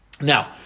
Now